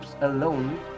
alone